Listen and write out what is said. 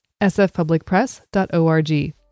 sfpublicpress.org